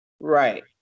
Right